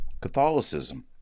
Catholicism